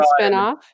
spinoff